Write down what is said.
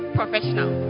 professional